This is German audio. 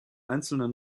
einzelner